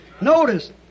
Notice